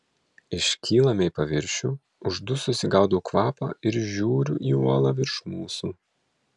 iškylame į paviršių uždususi gaudau kvapą ir žiūriu į uolą virš mūsų